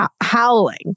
howling